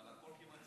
אבל הכול,